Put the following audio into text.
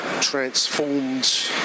transformed